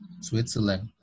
Switzerland